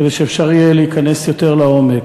כדי שאפשר יהיה להיכנס יותר לעומק.